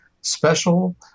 special